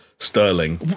sterling